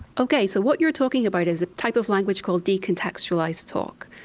okay, so what you're talking about is a type of language called decontextualised talk.